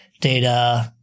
data